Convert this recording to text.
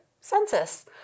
census